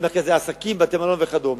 למרכזי עסקים, בתי-מלון וכדומה.